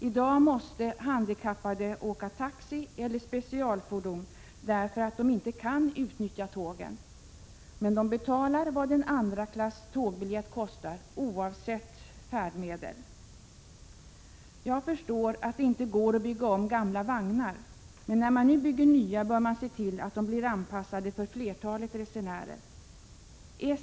I dag måste handikappade åka taxi eller specialfordon, därför att de inte kan utnyttja tågen, men de betalar vad en andra klass tågbiljett kostar oavsett färdmedel. Jag förstår att det inte går att bygga om gamla vagnar, men när man nu bygger nya bör man se till att de blir anpassade för flertalet resenärer.